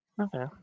Okay